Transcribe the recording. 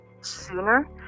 sooner